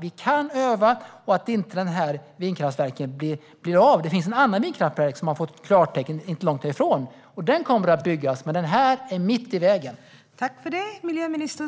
de kan öva och ser till att den här vindkraftsparken inte blir av. Det finns en annan vindkraftspark inte långt därifrån som har fått klartecken, och den kommer att byggas. Men den här är mitt i vägen.